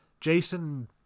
Jason